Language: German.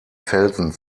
felsen